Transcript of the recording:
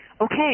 okay